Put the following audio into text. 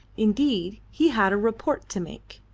indeed, he had a report to make.